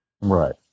Right